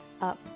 up